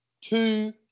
two